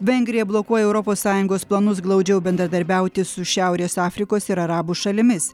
vengrija blokuoja europos sąjungos planus glaudžiau bendradarbiauti su šiaurės afrikos ir arabų šalimis